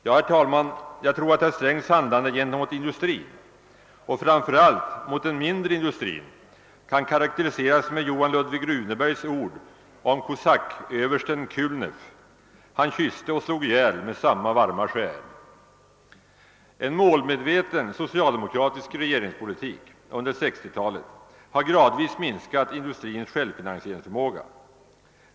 Ja, herr talman, jag tror att herr Srängs handlande gentemot industrin och framför allt gentemot den mindre industrin kan karakteriseras med Johan Ludvig Runebergs ord om kosacköversten Kulneff: »Han kysste och han slog ihjäl med samma varma själ.» En målmedveten socialdemokratis regeringspolitik under 1960-talet har gradvis minskat industrins självfinansieringsförmåga.